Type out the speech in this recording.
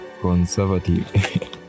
conservative